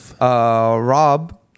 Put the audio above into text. Rob